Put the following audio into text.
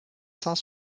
cent